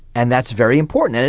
and that's very important.